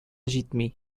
җитми